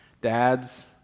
dads